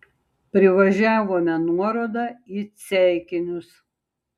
privažiavome nuorodą į ceikinius